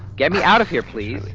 get me out of here please.